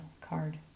card